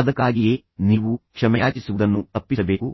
ಅದಕ್ಕಾಗಿಯೇ ನೀವು ಕ್ಷಮೆಯಾಚಿಸುವುದನ್ನು ತಪ್ಪಿಸಬೇಕು